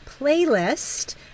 playlist